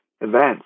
events